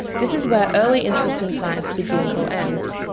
this is where early interest in science begins or ends,